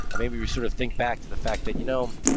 i mean, we we sort of think back to the fact that, you know,